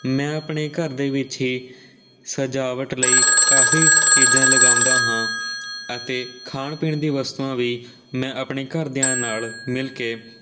ਮੈਂ ਆਪਣੇ ਘਰ ਦੇ ਵਿੱਚ ਹੀ ਸਜਾਵਟ ਲਈ ਕਾਫੀ ਚੀਜ਼ਾਂ ਲਗਾਉਂਦਾ ਹਾਂ ਅਤੇ ਖਾਣ ਪੀਣ ਦੀ ਵਸਤੂਆਂ ਵੀ ਮੈਂ ਆਪਣੇ ਘਰਦਿਆਂ ਨਾਲ ਮਿਲ ਕੇ